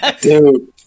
dude